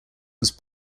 was